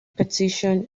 petition